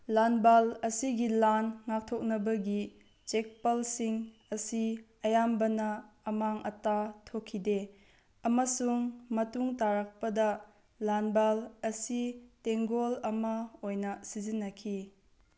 ꯂꯥꯟꯕꯜ ꯑꯁꯤꯒꯤ ꯂꯥꯟ ꯉꯥꯛꯊꯣꯛꯅꯕꯒꯤ ꯆꯦꯛꯄꯜꯁꯤꯡ ꯑꯁꯤ ꯑꯌꯥꯝꯕꯅ ꯑꯃꯥꯡ ꯑꯇꯥ ꯊꯣꯛꯈꯤꯗꯦ ꯑꯃꯁꯨꯡ ꯃꯇꯨꯡ ꯇꯥꯔꯛꯄꯗ ꯂꯥꯟꯕꯜ ꯑꯁꯤ ꯇꯦꯡꯒꯣꯜ ꯑꯃ ꯑꯣꯏꯅ ꯁꯤꯖꯤꯟꯅꯈꯤ